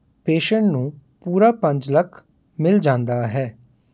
pension ਨੂੰ ਪੂਰਾ ਪੰਜ ਲੱਖ ਮਿਲ ਜਾਂਦਾ ਹੈ